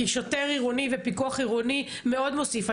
שוטר עירוני ופיקוח עירוני מאוד מוסיף.